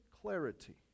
clarity